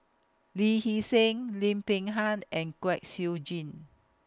Lee Hee Seng Lim Peng Han and Kwek Siew Jin